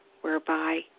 whereby